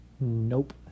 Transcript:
Nope